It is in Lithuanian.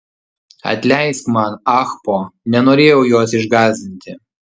atleisk man ahpo nenorėjau jos išgąsdinti